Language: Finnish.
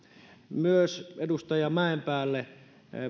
myös edustaja mäenpäälle